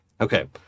Okay